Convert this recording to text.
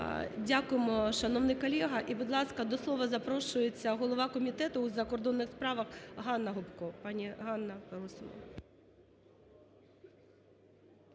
Дякуємо, шановний колега. І, будь ласка, до слова запрошується голова Комітету у закордонних справах Ганна Гопко,